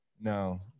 no